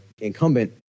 incumbent